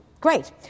Great